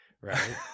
right